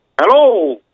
Hello